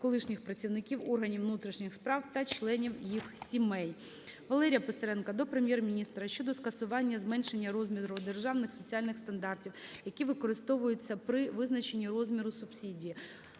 колишніх працівників органів внутрішніх справ України та членів їхніх сімей. Валерія Писаренка до Прем'єр-міністра щодо скасування зменшення розміру державних соціальних стандартів, які використовуються при визначені розміру субсидії.